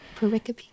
Pericope